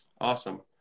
Awesome